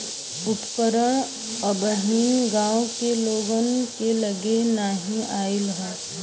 उपकरण अबहिन गांव के लोग के लगे नाहि आईल हौ